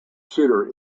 shooter